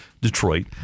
Detroit